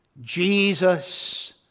Jesus